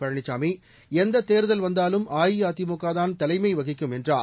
பழனிசாமி எந்த தேர்தல் வந்தாலும் அஇஅதிமுக தான் தலைமை வகிக்கும் என்றார்